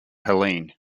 helene